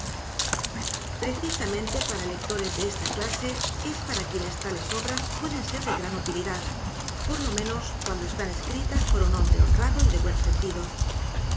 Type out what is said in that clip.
precisamente para lectores de esta clase es para quienes tales obras pueden ser de gran utilidad por lo menos cuando están escritas por un hombre honrado y de buen sentido